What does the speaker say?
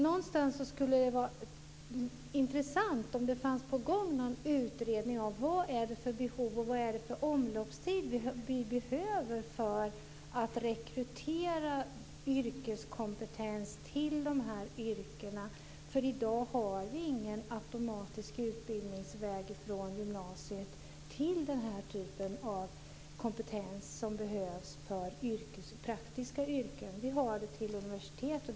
Det skulle vara intressant om det fanns någon utredning på gång om vad det är för behov och omloppstid vi behöver för att rekrytera yrkeskompetens till de här yrkena. I dag har vi ju ingen automatisk utbildningsväg från gymnasiet till denna typ av kompetens som behövs för praktiska yrken, men vi har en väg till universitet.